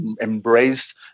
embraced